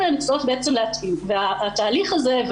התהליך הזה,